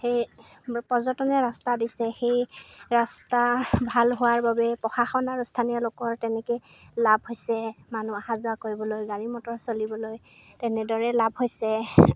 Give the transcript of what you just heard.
সেই পৰ্যটনে ৰাস্তা দিছে সেই ৰাস্তা ভাল হোৱাৰ বাবে প্ৰশাসন আৰু স্থানীয় লোকৰ তেনেকৈ লাভ হৈছে মানুহ অহা যোৱা কৰিবলৈ গাড়ী মটৰ চলিবলৈ তেনেদৰে লাভ হৈছে